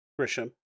Grisham